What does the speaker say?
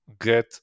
get